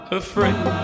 afraid